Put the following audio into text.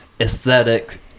aesthetic